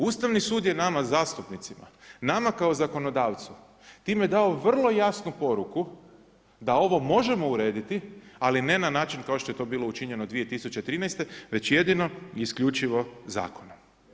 Ustavni sud je nama zastupnicima nama kao zakonodavcu time dao vrlo jasnu poruku da ovo možemo urediti, ali ne na način kao što je to bilo učinjeno 2013. već jedino i isključivo zakonom.